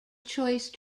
choice